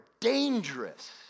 dangerous